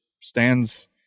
stands